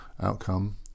outcome